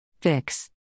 fix